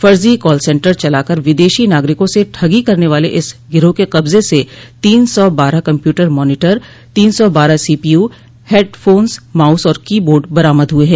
फ़र्जी call centre चलाकर विदेशी नागरिकों से ठगी करने वाले इस गिरोह के कब्जे से तीन सौ बारह कम्प्यूटर मॉनीटर तीन सौ बारह सीपीयू हेड फोन्स माउस और की बोर्ड बरामद हुए हैं